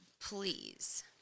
Please